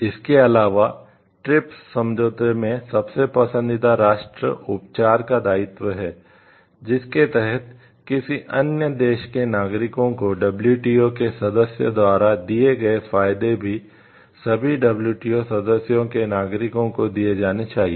इसके अलावा ट्रिप्स सदस्यों के नागरिकों को दिए जाने चाहिए